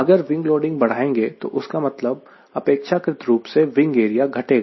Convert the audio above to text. अगर wing loading बढ़ाएंगे तो उसका मतलब अपेक्षाकृत रूप से विंग एरिया घटेगा